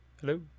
Hello